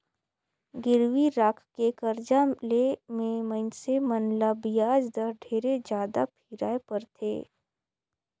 गिरवी राखके करजा ले मे मइनसे मन ल बियाज दर ढेरे जादा फिराय परथे